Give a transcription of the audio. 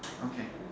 okay